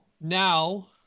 now